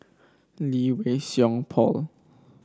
Lee Wei Song Paul